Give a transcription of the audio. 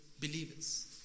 believers